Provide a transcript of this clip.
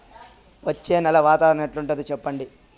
వచ్చే నెల వాతావరణం ఎట్లుంటుంది చెప్పండి?